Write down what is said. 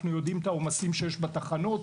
אנחנו יודעים את העומסים שיש בתחנות,